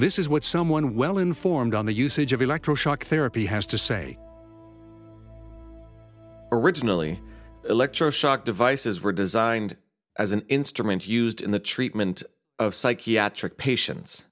this is what someone well informed on the usage of electroshock therapy has to say originally electroshock devices were designed as an instrument used in the treatment of psychiatric patients